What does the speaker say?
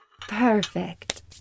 Perfect